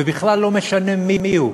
ובכלל לא משנה מי הוא,